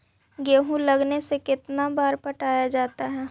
गेहूं लगने से कितना बार पटाया जाता है?